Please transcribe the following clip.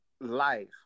life